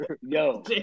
yo